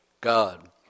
God